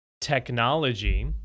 technology